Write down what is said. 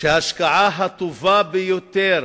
שההשקעה הטובה ביותר